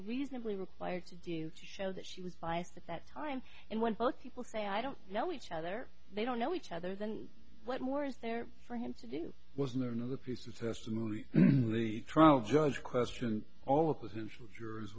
reasonably required to do to show that she was biased at that time and when both people say i don't know each other they don't know each other then what more is there for him to do was there another piece of testimony in the trial judge questioned all the positional jurors